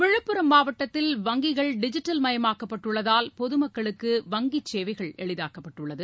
விழுப்புரம் மாவட்டத்தில் வங்கிகள் டிஜிட்டல் மயமாக்கப்பட்டுள்ளதால் பொதுமக்களுக்கு வங்கிச் சேவைகள் எளிதாக்கப்பட்டுள்ளது